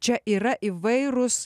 čia yra įvairūs